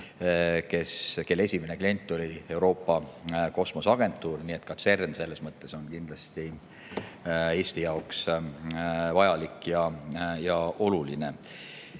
kelle esimene klient oli Euroopa Kosmoseagentuur. Nii et ka CERN on selles mõttes kindlasti Eesti jaoks vajalik ja oluline.